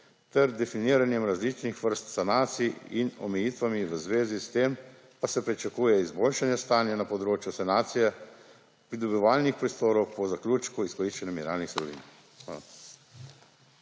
ter z definiranjem različnih vrst sanacij in omejitvami v zvezi s tem pa se pričuje izboljšanje stanja na področju sanacije pridelovalnih prostorov po zaključku izkoriščanje mineralnih surovin.